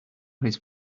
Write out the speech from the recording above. his